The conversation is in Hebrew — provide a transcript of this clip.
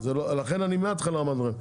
לכן אני מההתחלה אמרנו לכם,